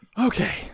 Okay